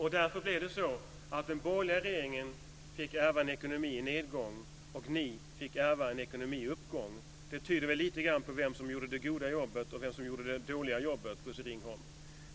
Det blev därför så att den borgerliga regeringen fick ärva en ekonomi i nedgång medan ni fick ärva en ekonomi i uppgång. Det pekar lite grann på vem som gjorde det goda jobbet och på vem som gjorde det dåliga jobbet, Bosse Ringholm.